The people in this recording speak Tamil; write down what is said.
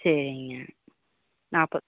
சரிங்க நான் அப்போ